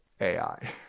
AI